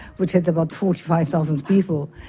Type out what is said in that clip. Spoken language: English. which had about forty five thousand people,